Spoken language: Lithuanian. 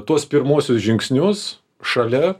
tuos pirmuosius žingsnius šalia